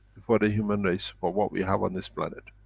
for the human race, for what we have on this planet.